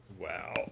Wow